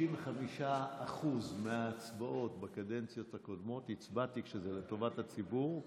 65% מההצבעות בקדנציות הקודמות הצבעתי כשזה לטובת הציבור,